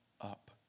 up